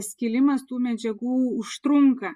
skilimas tų medžiagų užtrunka